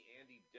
Andy